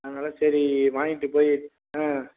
அதனால சரி வாங்கிகிட்டு போய் ஆ